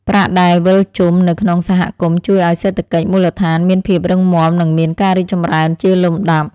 ប្រាក់ដែលវិលជុំនៅក្នុងសហគមន៍ជួយឱ្យសេដ្ឋកិច្ចមូលដ្ឋានមានភាពរឹងមាំនិងមានការរីកចម្រើនជាលំដាប់។